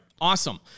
Awesome